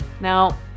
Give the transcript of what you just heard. Now